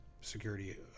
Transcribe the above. security